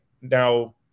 Now